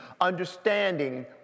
understanding